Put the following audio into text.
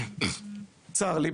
צר לי,